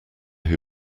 who